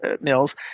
mills